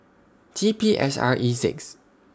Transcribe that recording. T P S R E six